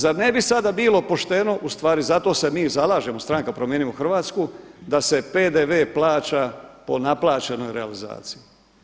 Zar ne bi sada bilo pošteno, ustvari zato se mi i zalažemo, stranka Promijenimo Hrvatsku da se PDV plaća po naplaćenoj realizaciji.